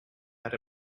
that